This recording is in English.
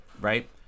right